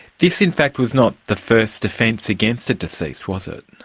this in fact was not the first offence against the deceased, was it?